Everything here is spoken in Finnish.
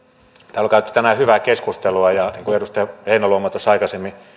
täällä on käyty tänään hyvää keskustelua ja niin kuin edustaja heinäluoma tuossa aikaisemmin